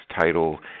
title